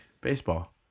baseball